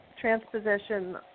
transposition